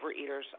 overeaters